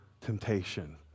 temptation